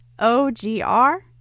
OGR